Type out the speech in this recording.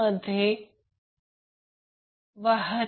48 watt